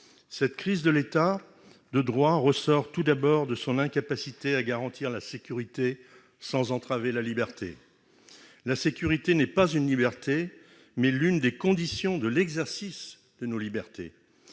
Cette crise de l'État de droit ressort, tout d'abord, de son incapacité à garantir la sécurité sans entraver la liberté. La sécurité n'est pas une liberté, mais c'est l'une des conditions de l'exercice de nos libertés.